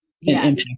Yes